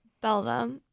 belva